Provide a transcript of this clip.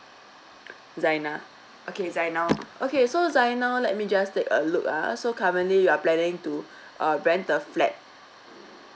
zainal okay zainal okay so zainal let me just take a look ah so currently you are planning to uh rent the flat